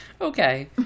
okay